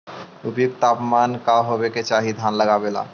उपयुक्त तापमान का होबे के चाही धान लगावे ला?